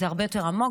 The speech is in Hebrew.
זה הרבה יותר עמוק,